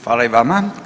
Hvala i vama.